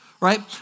right